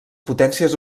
potències